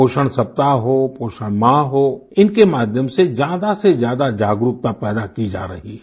पोषण सप्ताह हो पोषण माह हो इनके माध्यम से ज्यादा से ज्यादा जागरूकता पैदा की जा रही है